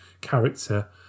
character